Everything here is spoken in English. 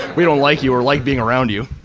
we don't like you or like being around you?